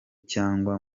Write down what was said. cyangwa